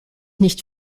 nicht